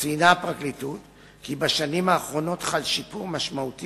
ציינה הפרקליטות כי בשנים האחרונות חל שיפור משמעותי